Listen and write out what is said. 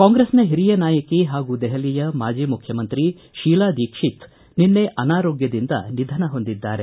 ಕಾಂಗ್ರೆಸ್ನ ಹಿರಿಯ ನಾಯಕಿ ಹಾಗೂ ದೆಹಲಿಯ ಮಾಜಿ ಮುಖ್ಯಮಂತ್ರಿ ಶೀಲಾ ದೀಕ್ಷಿತ್ ನಿನ್ನೆ ಅನಾರೋಗ್ದದಿಂದ ನಿಧನ ಹೊಂದಿದ್ದಾರೆ